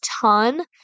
ton